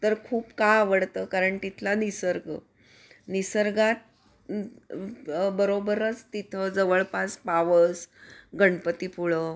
तर खूप का आवडतं कारण तिथला निसर्ग निसर्गात बरोबरच तिथं जवळपास पावस गणपतीपुळं